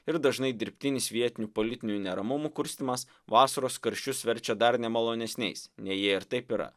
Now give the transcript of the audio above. ir dažnai dirbtinis vietinių politinių neramumų kurstymas vasaros karščius verčia dar nemalonesniais nei jie ir taip yra